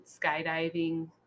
skydiving